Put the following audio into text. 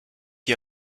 die